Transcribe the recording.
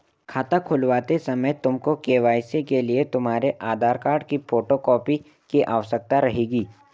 खाता खुलवाते समय तुमको के.वाई.सी के लिए तुम्हारे आधार कार्ड की फोटो कॉपी की आवश्यकता रहेगी